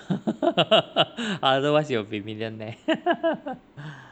otherwise you will be millionaire